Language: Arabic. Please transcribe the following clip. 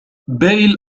بيل